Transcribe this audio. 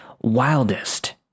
wildest